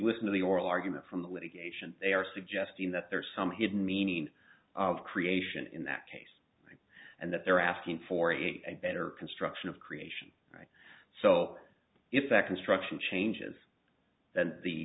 listen to the oral argument from the litigation they are suggesting that there are some hidden meaning of creation in that case and that they're asking for a better construction of creation right so if that construction changes then the